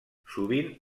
sovint